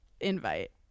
invite